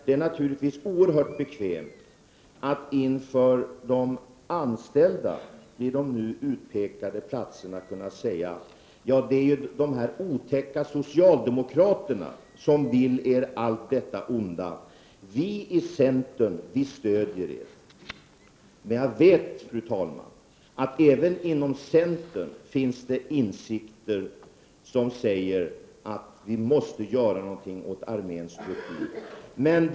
Det är bekvämt att inför de anställda vid de utpekade platserna kunna säga: Det är de otäcka socialdemokraterna som vill er allt detta onda — vi i centern stöder er. Men jag vet, fru talman, att även inom centern finns de som säger att vi måste göra någonting åt arméns uppbyggnad.